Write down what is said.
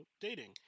dating